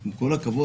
עם כל הכבוד,